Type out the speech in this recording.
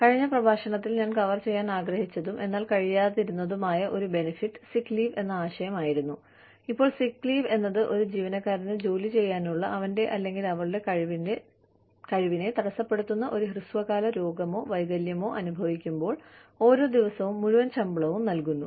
കഴിഞ്ഞ പ്രഭാഷണത്തിൽ ഞാൻ കവർ ചെയ്യാൻ ആഗ്രഹിച്ചതും എന്നാൽ കഴിയാതിരുന്നതുമായ ഒരു ബെനഫിറ്റ് സിക് ലീവ് എന്ന ആശയം ആയിരുന്നു ഇപ്പോൾ സിക്ക് ലീവ് എന്നത് ഒരു ജീവനക്കാരന് ജോലി ചെയ്യാനുള്ള അവന്റെ അല്ലെങ്കിൽ അവളുടെ കഴിവിനെ തടസ്സപ്പെടുത്തുന്ന ഒരു ഹ്രസ്വകാല രോഗമോ വൈകല്യമോ അനുഭവിക്കുമ്പോൾ ഓരോ ദിവസവും മുഴുവൻ ശമ്പളവും നൽകുന്നു